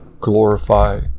glorify